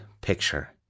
picture